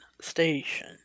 station